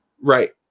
Right